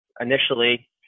initially